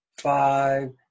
five